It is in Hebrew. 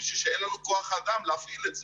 משום שאין לנו כוח-האדם להפעיל את זה.